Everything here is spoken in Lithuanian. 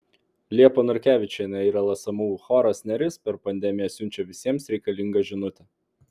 liepa norkevičienė ir lsmu choras neris per pandemiją siunčia visiems reikalingą žinutę